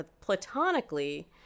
platonically